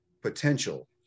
potential